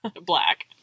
Black